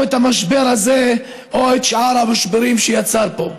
את המשבר הזה או את שאר המשברים שיצר פה.